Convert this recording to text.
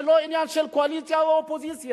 זה לא עניין של קואליציה ואופוזיציה.